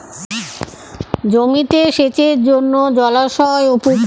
জমিতে সেচের জন্য জলাশয় ও পুকুরের জল সেচ পদ্ধতি ব্যবহার করা যেতে পারে?